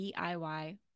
DIY